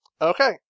Okay